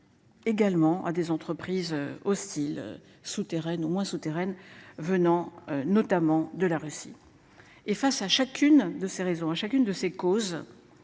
Également à des entreprises hostile. Souterraine au moins souterraine venant notamment de la Russie et face à chacune de ses raisons à chacune de ces causes.